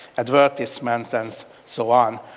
advertisements, and so on.